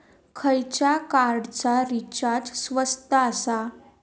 खयच्या कार्डचा रिचार्ज स्वस्त आसा?